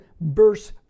verse